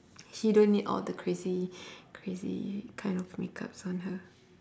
she don't need all the crazy crazy kind of makeups on her